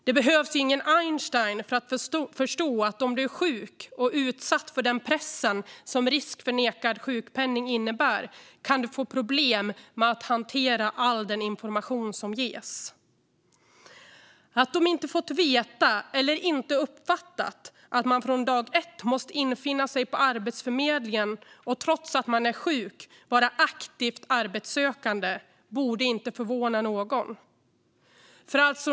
Man behöver inte vara Einstein för att förstå att den som är sjuk och utsatt för den press som risken att nekas sjukpenning innebär kan få problem med att hantera all den information som ges. Att man inte har fått veta, eller inte har uppfattat, att man från dag ett måste infinna sig på Arbetsförmedlingen och trots att man är sjuk vara aktivt arbetssökande är inte förvånande.